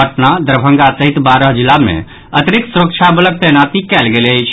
पटना दरभंगा सहित बारह जिला मे अतिरिक्त सुरक्षा बलक तैनाती कयल गेल अछि